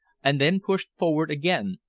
and then pushed forward again,